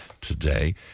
today